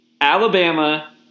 alabama